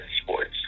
sports